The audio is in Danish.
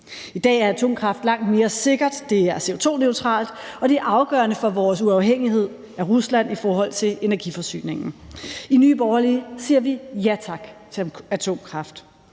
I dag er atomkraft langt mere sikkert, det er CO2-neutralt, og det er afgørende for vores uafhængighed af Rusland i forhold til energiforsyningen. I Nye Borgerlige siger vi ja tak til atomkraft.